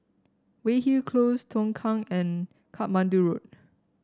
Weyhill Close Tongkang and Katmandu Road